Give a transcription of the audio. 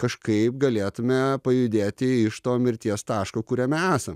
kažkaip galėtume pajudėti iš to mirties taško kuriame esam